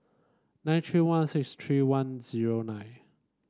nine three one six three one zero nine